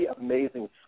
amazing